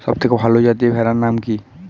সবথেকে ভালো যাতে ভেড়ার নাম কি?